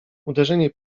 uderzenie